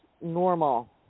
normal